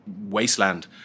Wasteland